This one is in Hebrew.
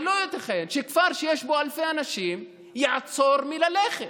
אבל לא ייתכן שכפר שיש בו אלפי אנשים יעצור מלכת,